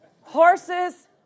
Horses